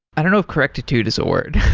i don't know if correctitude is a word.